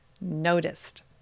noticed